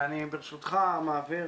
ואני ברשותך מעביר.